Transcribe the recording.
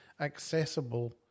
accessible